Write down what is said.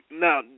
Now